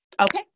Okay